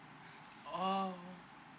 oh